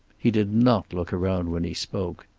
he did not look around when he spoke.